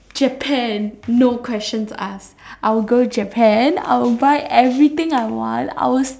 Japan no questions asked I will go Japan I will buy everything I want I will